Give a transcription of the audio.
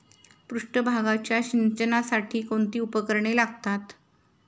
पृष्ठभागाच्या सिंचनासाठी कोणती उपकरणे लागतात?